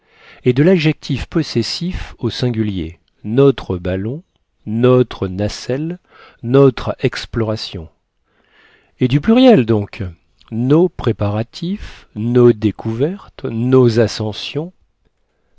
et de l'adjectif possessif au singulier notre ballon notre nacelle notre exploration et du pluriel donc nos préparatifs nos découvertes nos ascensions